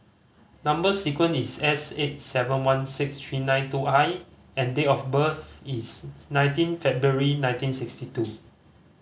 number sequence is S eight seven one six three nine two I and date of birth is nineteen February nineteen sixty two